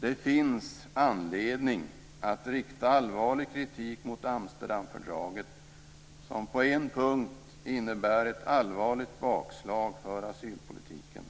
Det finns anledning att rikta allvarlig kritik mot Amsterdamfördraget, som på en punkt innebär ett allvarligt bakslag för asylpolitiken.